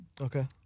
Okay